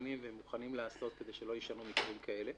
מתכוננים ומוכנים לעשות כדי שלא יישנו מקרים כאלה.